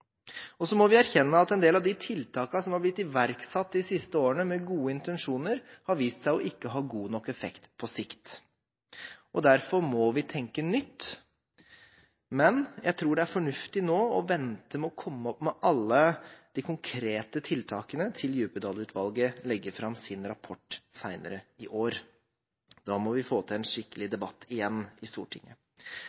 Og så må vi erkjenne at en del av de tiltakene som er blitt iverksatt de siste årene, med gode intensjoner, har vist seg ikke å ha god nok effekt på sikt. Derfor må vi tenke nytt, men jeg tror det er fornuftig nå å vente med å komme opp med alle de konkrete tiltakene til Djupedal-utvalget legger fram sin rapport senere i år. Da må vi få til en skikkelig debatt igjen i Stortinget.